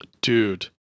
Dude